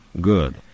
Good